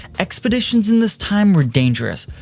expeditions in this time were dangerous.